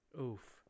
Oof